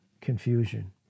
Confusion